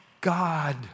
God